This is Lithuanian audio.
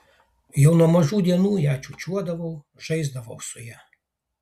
jau nuo mažų dienų ją čiūčiuodavau žaisdavau su ja